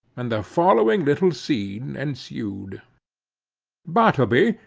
and the following little scene ensued bartleby,